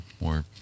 more